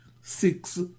six